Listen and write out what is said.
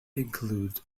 includes